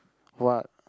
what